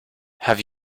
have